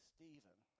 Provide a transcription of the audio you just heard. Stephen